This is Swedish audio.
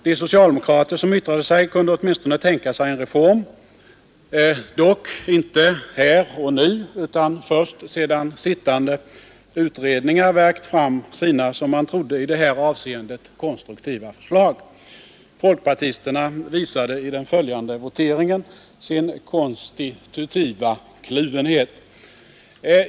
De socialdemokrater som yttrade sig kunde åtminstone tänka sig en reform — dock inte här och nu utan först sedan sittande utredningar värkt fram sina, som man trodde, i det här avseendet konstruktiva förslag. Folkpartisterna visade i den följande voteringen sin konstitutiva kluvenhet.